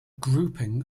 grouping